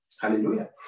hallelujah